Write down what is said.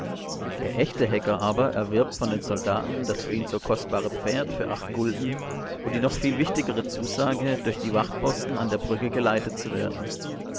der echte hecker aber erwirbt von den soldaten das für ihn so kostbare pferd für acht gulden und die noch viel wichtigere zusage durch die wachtposten an der brücke geleitet zu werden